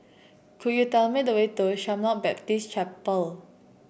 could you tell me the way to Shalom Baptist Chapel